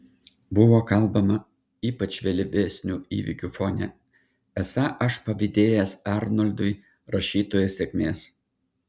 buvo kalbama ypač vėlesnių įvykių fone esą aš pavydėjęs arnoldui rašytojo sėkmės